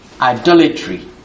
Idolatry